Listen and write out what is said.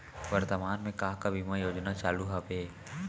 वर्तमान में का का बीमा योजना चालू हवये